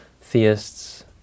theists